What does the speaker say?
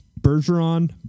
Bergeron